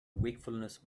wakefulness